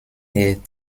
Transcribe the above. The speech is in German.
der